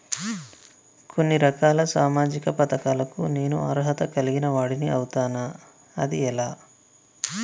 కొన్ని రకాల సామాజిక పథకాలకు నేను అర్హత కలిగిన వాడిని అవుతానా? అది ఎలా?